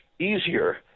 easier